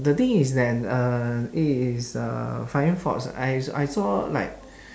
the thing is that uh it is a flying fox I s~ I saw like